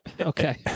okay